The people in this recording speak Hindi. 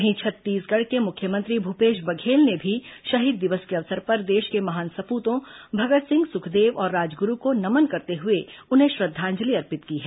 वहीं छत्तीसगढ़ के मुख्यमंत्री भूपेश बघेल ने भी शहीद दिवस के अवसर पर देश के महान सपूतों भगत सिंह सुखदेव और राजगुरू को नमन करते हुए उन्हें श्रद्वांजलि अर्पित की है